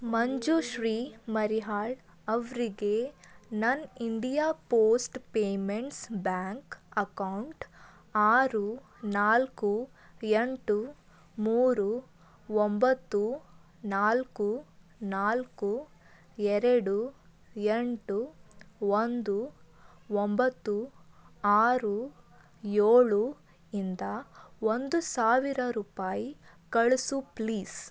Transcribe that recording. ಮಂಜುಶ್ರೀ ಮರಿಹಾಳ್ ಅವರಿಗೆ ನನ್ನ India post payments bank account ಆರು ನಾಲ್ಕು ಎಂಟು ಮೂರು ಒಂಬತ್ತು ನಾಲ್ಕು ನಾಲ್ಕು ಎರಡು ಎಂಟು ಒಂದು ಒಂಬತ್ತು ಆರು ಏಳು ಇಂದ ಒಂದು ಸಾವಿರ ರೂಪಾಯಿ ಕಳಿಸು ಪ್ಲೀಸ್